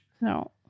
No